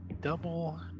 Double